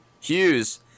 Hughes